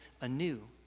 anew